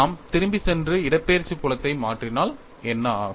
நான் திரும்பிச் சென்று இடப்பெயர்ச்சி புலத்தை மாற்றினால் என்ன ஆகும்